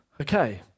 Okay